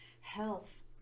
Health